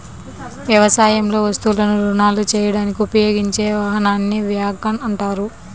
వ్యవసాయంలో వస్తువులను రవాణా చేయడానికి ఉపయోగించే వాహనాన్ని వ్యాగన్ అంటారు